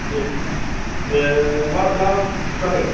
बे ए मा मा जाखो